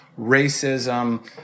racism